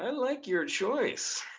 and like your choice